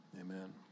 Amen